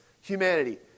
humanity